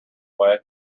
way